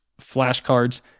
flashcards